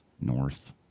north